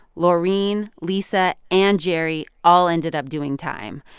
laureen, lisa and jerry all ended up doing time.